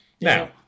Now